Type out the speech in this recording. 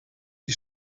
die